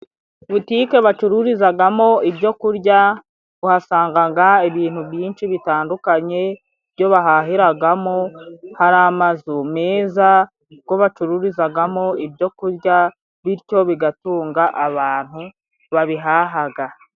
Butike bacururizagamo ibyo kurya, uhasangaga ibintu byinshi bitandukanye byo bahahiragamo, hari amazu meza kuko bacururizagamo ibyo kurya bityo bigatunga abantu babihahaga.